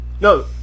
No